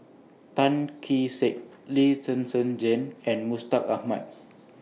Tan Kee Sek Lee Zhen Zhen Jane and Mustaq Ahmad